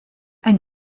ein